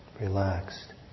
relaxed